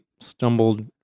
stumbled